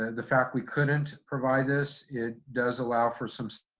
ah the fact we couldn't provide this, it does allow for some,